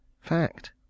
Fact